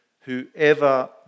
whoever